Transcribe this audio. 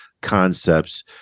concepts